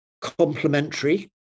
complementary